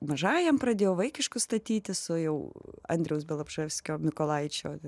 mažajam pradėjo vaikiškus statyti su jau andriaus bialobžeskio mykolaičio